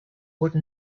would